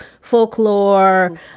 folklore